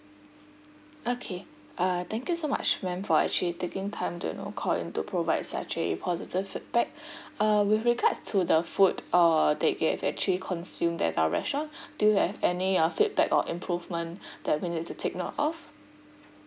okay uh thank you so much ma'am for actually taking time to you know call in to provide such as a positive feedback uh with regards to the food uh that you have actually consume that our restaurant do you have any uh feedback or improvement that we need to take note of